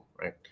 right